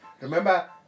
Remember